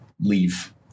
Leave